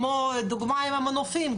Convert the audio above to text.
כמו הדוגמה עם המנופים,